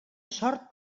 sort